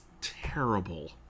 terrible